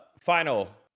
final